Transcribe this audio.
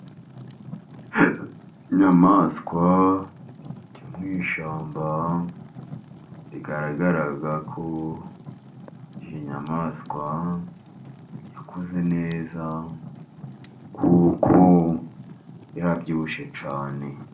Inyayamaswa yo mu ishyamba, igaragara ko iyo nyamaswa yakuze neza, kuko irabyibushye cyane.